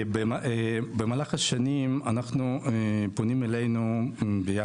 במהלך השנים פונים אלינו כל